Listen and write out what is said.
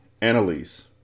Annalise